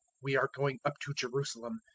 we are going up to jerusalem,